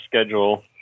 schedule